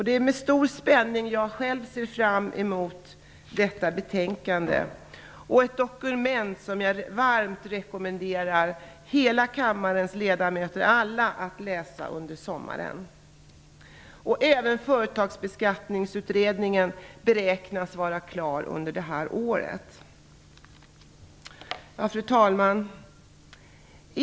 Det är med stor spänning som jag själv ser fram emot detta betänkande - ett dokument som jag varmt rekommenderar alla kammarens ledamöter att läsa under sommaren. Även Företagsbeskattningsutredningen beräknas bli klar under detta år. Fru talman!